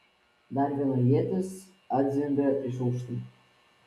dar viena ietis atzvimbė iš aukštai